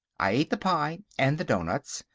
i ate the pie and the doughnuts,